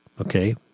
okay